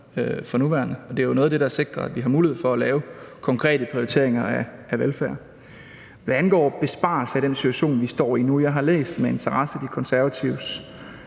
for nuværende, og det er noget af det, der sikrer, at vi har mulighed for at lave konkrete prioriteringer af velfærd. Hvad angår besparelser i den situation, vi står i nu, så har jeg med interesse læst De Konservatives